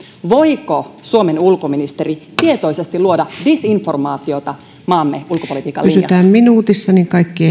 siitä voiko suomen ulkoministeri tietoisesti luoda disinformaatiota maamme ulkopolitiikan linjasta pysytään minuutissa niin kaikki